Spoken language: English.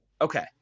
okay